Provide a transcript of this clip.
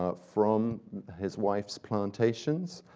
ah from his wife's plantations.